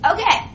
Okay